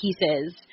pieces